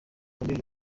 colonel